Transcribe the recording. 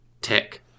tech